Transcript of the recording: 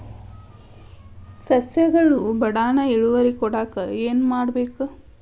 ಸಸ್ಯಗಳು ಬಡಾನ್ ಇಳುವರಿ ಕೊಡಾಕ್ ಏನು ಮಾಡ್ಬೇಕ್?